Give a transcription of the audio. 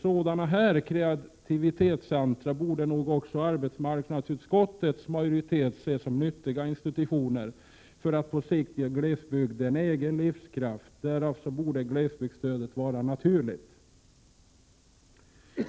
Sådana ”kreativitetscentra” borde nog också arbetsmarknadsutskottets majoritet se som nyttiga institutioner för att på sikt ge glesbygden egen livskraft. Därav borde glesbygdsstödet vara naturligt.